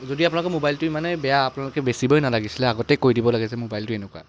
যদি আপোনালোকৰ মোবাইলটো ইমানেই বেয়া আপোনালোকে বেচিবই নালাগিছিলে আগতেই কৈ দিব লাগে যে মোবাইলটো এনেকুৱা